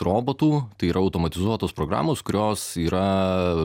robotų tai yra automatizuotos programos kurios yra